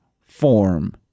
form